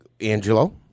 Angelo